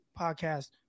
podcast